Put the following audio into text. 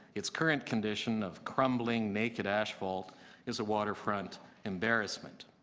its current condition of scrum bling naked asphalt is a waterfront embarrassment,